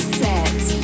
set